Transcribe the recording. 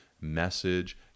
message